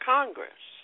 Congress